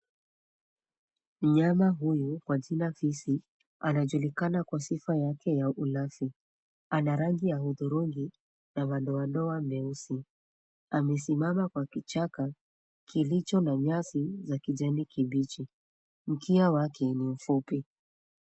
Mnyama huyu, kwa jina fisi anajulikana kwa sifa yake ya ulafi. Ana rangi ya hudhurungi, na madoadoa meusi. Amesimama kwa kichaka kilicho na nyasi za kijani kibichi. Mkia wake ni mfupi.